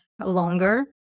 longer